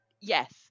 Yes